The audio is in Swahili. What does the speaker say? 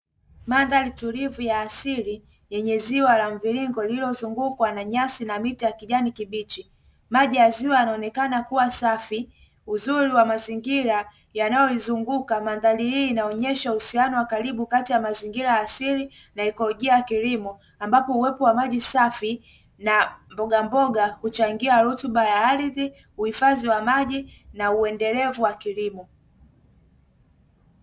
Madhari tulivu ya asili yenye ziwa la mvilingo lililozungukwa na nyasi na mita ya kijani kibichi, maji ya ziwa yanaonekana kuwa safi uzuri wa mazingira yanayoizunguka, mandhari hii inaonyesha uhusiano wa karibu kati ya mazingira asili na ikolojia ya kilimo, ambapo uwepo wa maji safi na mboga mboga kuchangia rutuba ya ardhi uhifadhi wa maji na uendelevu wa kilimo.